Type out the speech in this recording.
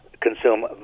consume